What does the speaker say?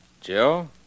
Joe